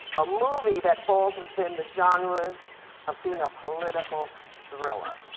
a movie that falls within the genres of being a political thriller.